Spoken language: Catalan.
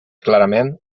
clarament